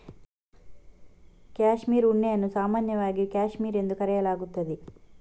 cashmere ಉಣ್ಣೆಯನ್ನು ಸಾಮಾನ್ಯವಾಗಿ cashmere ಎಂದು ಕರೆಯಲಾಗುತ್ತದೆ